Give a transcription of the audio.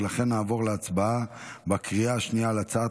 ולכן נעבור להצבעה בקריאה השנייה על הצעת